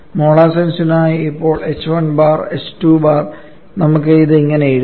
molar സെൻസിനായി ഇപ്പോൾ h1 bar h2 bar നമുക്ക് ഇത് എങ്ങനെ എഴുതാം